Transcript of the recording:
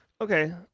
Okay